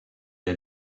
est